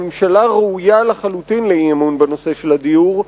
הממשלה ראויה לחלוטין לאי-אמון בנושא של הדיור,